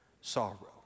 sorrow